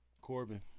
Corbin